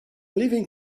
leaving